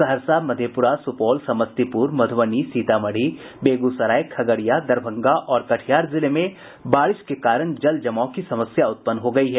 सहरसा मधेप्ररा सुपौल समस्तीप्र मध्रबनी सीतामढ़ी बेगूसराय खगड़िया दरभंगा और कटिहार जिले में बारिश के कारण जलजमाव की समस्या उत्पन्न हो गयी है